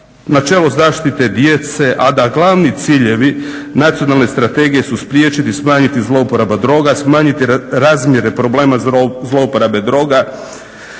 načelo zaštite djece a da glavni ciljevi nacionalne strategije su spriječiti, smanjiti zlouporabu droga, smanjiti razmjere problema zlouporabe droga,